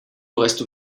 reste